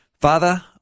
Father